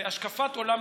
מהשקפת עולם מדינית.